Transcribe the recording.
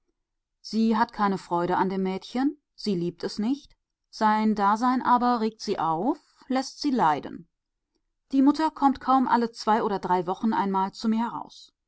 sie hat keine freude an dem mädchen sie liebt es nicht sein dasein aber regt sie auf läßt sie leiden die mutter kommt kaum alle zwei oder drei wochen einmal zu mir heraus